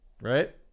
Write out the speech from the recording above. Right